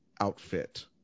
outfit